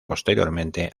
posteriormente